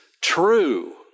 true